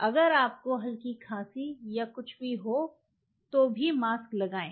अगर आपको हल्की खांसी या कुछ भी हो तो भी मास्क लगाएं